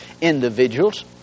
individuals